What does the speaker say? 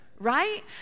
right